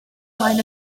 flaen